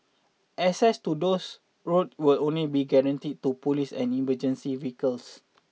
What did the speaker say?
access to those road will only be granted to police and emergency vehicles